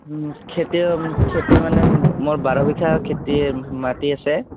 খেতি মানে মই বাৰ বিঘা খেতি মাটি আছে